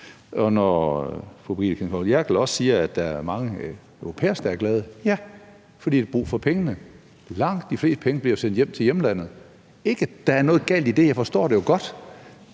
Og når fru Brigitte Klintskov Jerkel også siger, at der er mange au pairer, der er glade, ja, så er det, fordi de har brug for pengene. Langt de fleste penge bliver jo sendt hjem til hjemlandet – ikke at der er noget galt i det; jeg forstår det jo godt,